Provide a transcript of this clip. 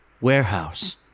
Warehouse